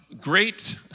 great